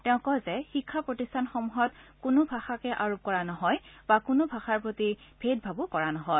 তেওঁ কয় যে শিক্ষা প্ৰতিষ্ঠানসমূহত কোনো ভাষাকে আৰোপ কৰা নহয় বা কোনো ভাষাৰ প্ৰতি ভেদ ভাবো কৰা নহয়